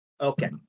Okay